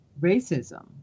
racism